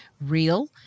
real